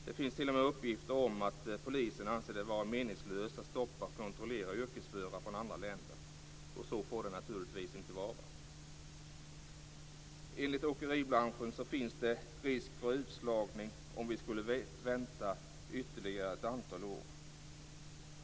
Det finns t.o.m. uppgifter om att polisen anser det vara meningslöst att stoppa och kontrollera yrkesförare från andra länder, och så får det naturligtvis inte vara. Enligt åkeribranschen finns det risk för utslagning om vi skulle vänta ytterligare ett antal år.